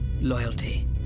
Loyalty